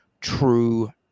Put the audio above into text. true